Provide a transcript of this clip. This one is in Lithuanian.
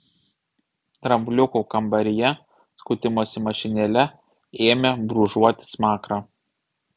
drambliukų kambaryje skutimosi mašinėle ėmė brūžuoti smakrą